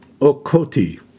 okoti